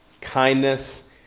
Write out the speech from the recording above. kindness